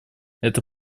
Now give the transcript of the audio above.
это